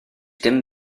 dim